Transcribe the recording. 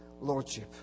lordship